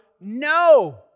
no